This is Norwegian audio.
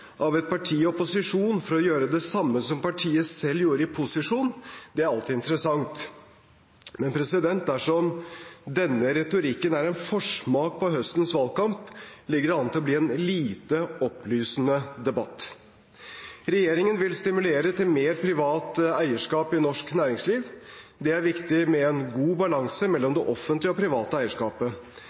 av et parti i opposisjon for å gjøre det samme som partiet selv gjorde i posisjon, er alltid interessant. Men dersom denne retorikken er en forsmak på høstens valgkamp, ligger det an til å bli en lite opplysende debatt. Regjeringen vil stimulere til mer privat eierskap i norsk næringsliv. Det er viktig med en god balanse mellom det offentlige og private eierskapet.